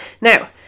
now